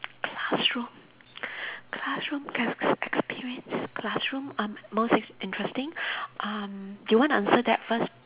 classroom classroom ex~ experience classroom um most in~ interesting um do you want to answer that first